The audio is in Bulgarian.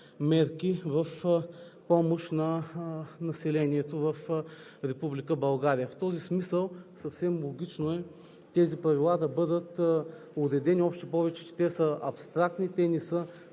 мерки в помощ на населението в Република България. В този смисъл съвсем логично е тези правила да бъдат уредени, още повече че те са абстрактни, те не са